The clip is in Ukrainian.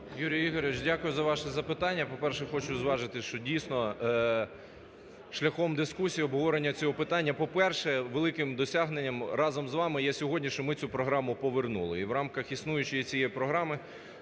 Юрій Ігорович, дякую за ваше запитання. По-перше, хочу зважити, що дійсно шляхом дискусії, обговорення цього питання, по-перше, великим досягненням разом з вами є сьогодні, що ми цю програму повернули. І в рамках існуючої цієї програми,